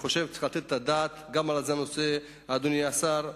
צריך לתת את הדעת גם לנושא הזה, אדוני השר,